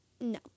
no